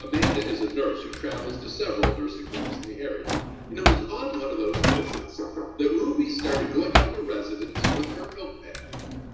amanda is a nurse who travels to several nursing homes in the area and it was on one of those visits that ruby started going up to residents with her notepad